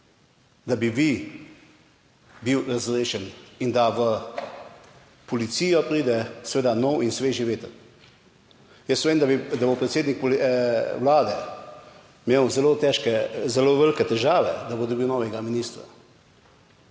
da bi vi bil razrešen in da v policijo pride seveda nov in svež veter. Jaz vem, da bo predsednik vlade imel zelo težke, zelo velike težave, da bo dobil novega ministra,